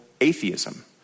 atheism